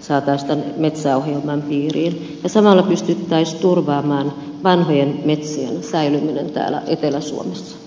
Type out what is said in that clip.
saataisiin tämän metsäohjelman piiriin ja samalla pystyttäisiin turvaamaan vanhojen metsien säilyminen täällä etelä suomessa